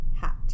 hat